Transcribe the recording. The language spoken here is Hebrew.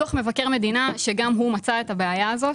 וגם הוא מצא את הבעיה הזאת.